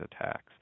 attacks